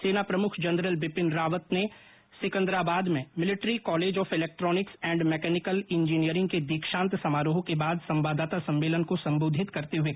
सेना प्रमुख जनरल बिपिन रावत सिकंदराबाद में military college of electronics and mechanical engineering के दीक्षांत समारोह के बाद संवाददाता सम्मेलन को सम्बोधित कर रहे थे